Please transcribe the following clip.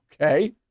Okay